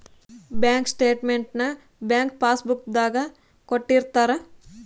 bank statement ನ bank pass book ದಾಗ ಕೊಟ್ಟಿರ್ತಾರ